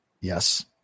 Yes